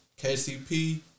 KCP